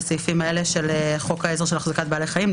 הסעיפים של חוק העזר של החזקת בעלי חיים,